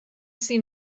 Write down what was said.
see